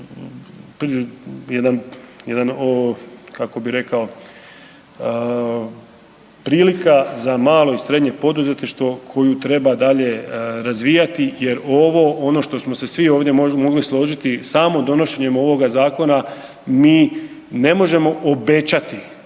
ovo jedan, jedan, kako bi rekao, prilika za malo i srednje poduzetništvo koju treba dalje razvijati jer ovo, ono što smo se svi ovdje mogli složiti samo donošenjem ovog zakona mi ne možemo obećati